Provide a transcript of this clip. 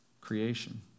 creation